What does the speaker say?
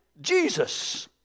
Jesus